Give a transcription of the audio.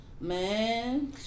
Man